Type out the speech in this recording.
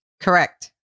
Correct